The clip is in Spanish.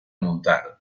montar